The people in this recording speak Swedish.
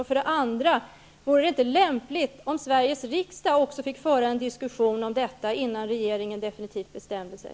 Min andra fråga är: Vore det inte lämpligt om Sveriges riksdag också fick föra en diskussion om detta innan regeringen definitivt bestämmer sig?